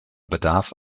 bedarf